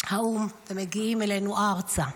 האו"ם ומגיעים אלינו ארצה.